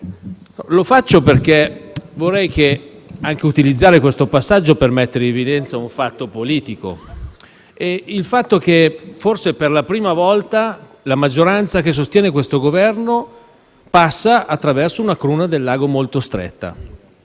Presidente, vorrei utilizzare questo passaggio per mettere in evidenza un fatto politico. Forse, per la prima volta, la maggioranza che sostiene questo Governo passa attraverso una cruna dell'ago molto stretta,